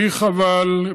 בלי חבל,